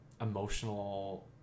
emotional